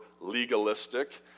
legalistic